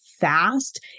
fast